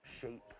shape